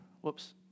Whoops